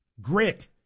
Grit